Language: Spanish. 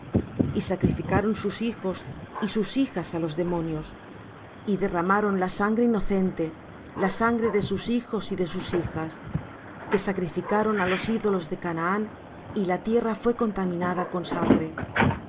y sacrificaron sus hijos y sus hijas á los demonios y derramaron la sangre inocente la sangre de sus hijos y de sus hijas que sacrificaron á los ídolos de canaán y la tierra fué contaminada con sangre